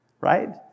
Right